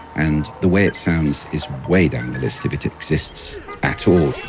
and the way it sounds is way down the list, if it exists at all